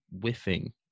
whiffing